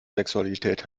sexualität